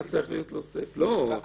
לא,